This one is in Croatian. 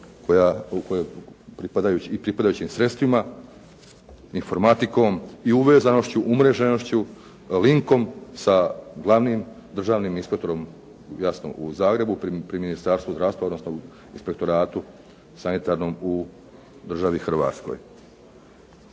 ekipom i pripadajućim sredstvima, informatikom i uvezanošću, umreženošću linkom sa glavnim državnim inspektorom jasno u Zagrebu pri Ministarstvu zdravstva, odnosno u inspektoratu sanitarnom u državi Hrvatskoj.